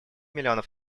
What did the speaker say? миллионов